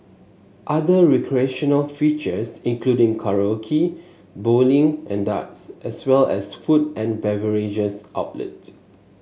other recreational features include karaoke bowling and darts as well as food and beverage outlets